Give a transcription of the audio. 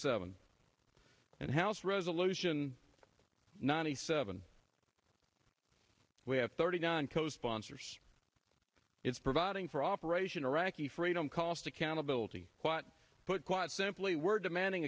seven and house resolution ninety seven we have thirty nine co sponsors it's providing for operation iraqi freedom cost accountability but quite simply we're demanding